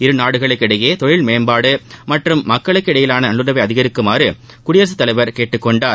இருநாடுகளிடையே தொழில் மேம்பாடு மற்றும் மக்களிடையேயான நல்லுறவை அதிகரிக்குமாறு குடியரசுத் தலைவர் கேட்டுக்கொண்டார்